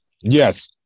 Yes